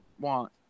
want